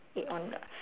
eh on pula